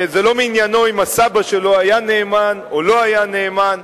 זה לא מעניינו אם הסבא שלו היה נאמן או לא היה נאמן.